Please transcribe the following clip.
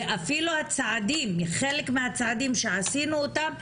ואפילו חלק מהצעדים שעשינו אותם,